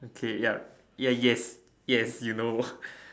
okay yup yes yes yes yes you know